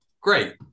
great